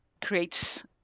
creates